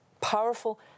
powerful